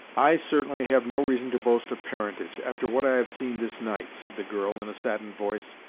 i, certainly, have no reason to boast of parentage, after what i have seen this night, said the girl, in a saddened voice.